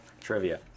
Trivia